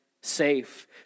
safe